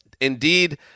indeed